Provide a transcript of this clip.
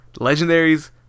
Legendaries